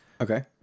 Okay